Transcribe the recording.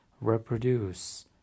reproduce